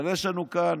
אבל יש לנו כאן